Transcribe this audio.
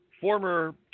former